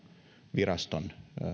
viraston